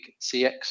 CX